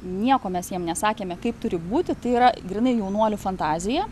nieko mes jiem nesakėme kaip turi būti tai yra grynai jaunuolių fantazija